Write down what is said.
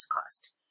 cost